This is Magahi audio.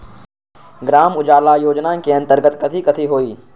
ग्राम उजाला योजना के अंतर्गत कथी कथी होई?